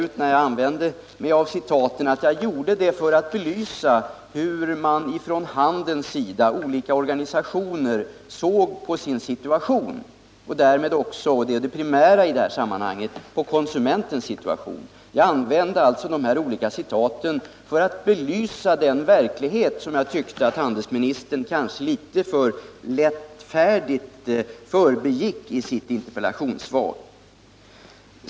Jag tror att jag, när jag använde citaten, klargjorde att det var för att belysa hur handelns olika organisationer såg på situationen och därmed också — och det är det primära i det här sammanhanget — hur de såg på konsumentens situation. Jag använde alltså de olika citaten för att belysa den verklighet som jag tycker att handelsministern litet för lättfärdigt förbigick i sitt interpellationssvar.